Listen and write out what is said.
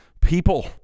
people